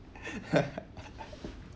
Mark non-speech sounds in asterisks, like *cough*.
*laughs*